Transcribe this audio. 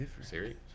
siri